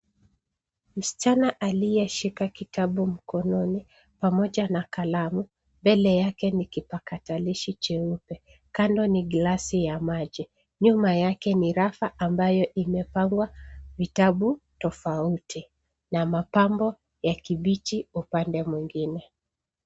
Msichana aliyeshika kitabu mkononi pamoja na kalamu mbele yake ni kipakatalishi cheupe kando ni glasi ya maji nyuma yake ni rafa ambayo imepangwa vitabu tofauti na mapambo ya kibichi upande mwingine.